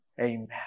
Amen